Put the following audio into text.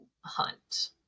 Hunt